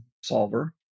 solver